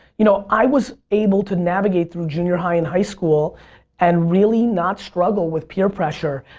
you know i was able to navigate through junior high and high school and really not struggle with peer pressure.